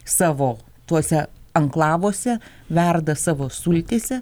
savo tuose anklavuose verda savo sultyse